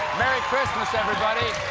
merry christmas, everybody!